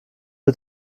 mit